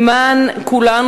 למען כולנו,